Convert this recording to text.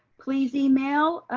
please email